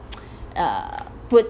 uh put